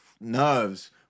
nerves